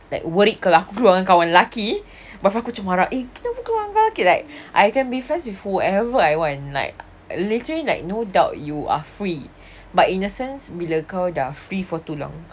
like worried keluar dengan kawan lelaki boyfriend aku macam marah eh kenapa keluar dengan lelaki like I can be friends with whoever I want like literally like no doubt you are free but in a sense bila kau dah free for too long